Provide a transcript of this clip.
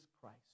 Christ